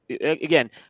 again